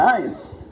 Nice